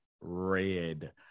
red